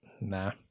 nah